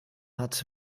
hat